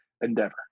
endeavor